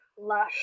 lush